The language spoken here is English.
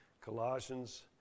Colossians